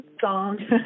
song